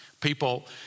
People